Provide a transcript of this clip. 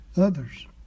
others